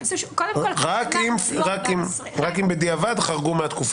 רק אם בדיעבד חרגו מהתקופה?